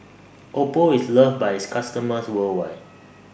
Oppo IS loved By its customers worldwide